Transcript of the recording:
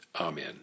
Amen